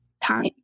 time